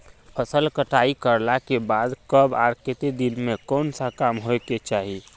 फसल कटाई करला के बाद कब आर केते दिन में कोन सा काम होय के चाहिए?